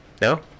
No